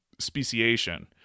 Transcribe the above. speciation